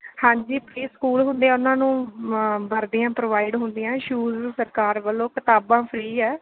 ਹਾਂਜੀ free school ਹੁੰਦੇ ਆ ਉਹਨਾਂ ਨੂੰ ਵਰਦੀਆਂ ਪ੍ਰੋਵਾਈਡ ਹੁੰਦੀਆਂ ਸ਼ੂਜ ਸਰਕਾਰ ਵੱਲੋਂ ਕਿਤਾਬਾਂ ਫਰੀ ਹੈ